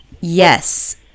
yes